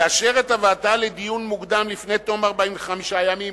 לאשר את הבאתה לדיון מוקדם לפני תום ארבעים וחמישה הימים",